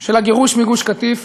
של הגירוש מגוש-קטיף